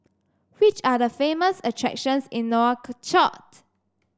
which are the famous attractions in Nouakchott